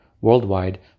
worldwide